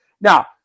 Now